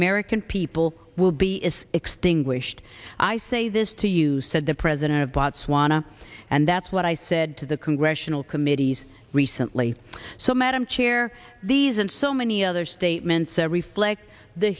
american people will be is extinguished i say this to you said the president of botswana and that's what i said to the congressional committees recently so madam chair these and so many other statements that reflect the